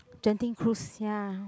Genting cruise sia